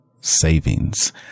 savings